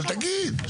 אבל תגיד.